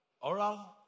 Oral